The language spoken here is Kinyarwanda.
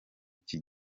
kino